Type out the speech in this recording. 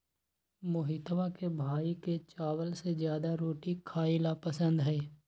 मोहितवा के भाई के चावल से ज्यादा रोटी खाई ला पसंद हई